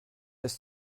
ist